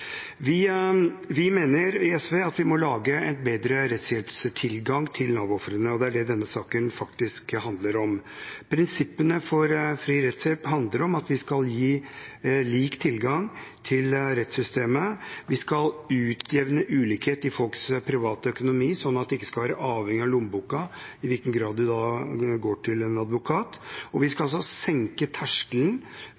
Vi i SV mener at vi må lage en bedre rettshjelpstilgang til Nav-ofrene, og det er det denne saken faktisk handler om. Prinsippene for fri rettshjelp handler om at vi skal gi lik tilgang til rettssystemet. Vi skal utjevne ulikheter i folks privatøkonomi, sånn at det ikke skal være avhengig av lommeboka i hvilken grad de går til en advokat. Vi skal